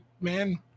man